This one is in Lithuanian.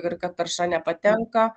ir kad tarša nepatenka